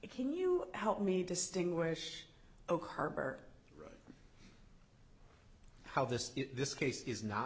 it can you help me distinguish oak harbor how this this case is not